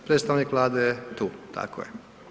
Predstavnik Vlade je tu, tako je.